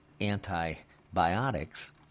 antibiotics